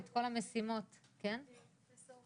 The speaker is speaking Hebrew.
כן פרופסור